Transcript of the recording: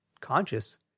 conscious